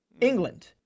England